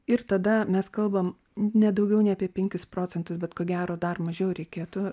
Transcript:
ir tada mes kalbam ne daugiau nei apie penkis procentus bet ko gero dar mažiau reikėtų